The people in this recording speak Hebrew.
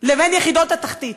לבין יחידות התחתית.